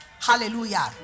Hallelujah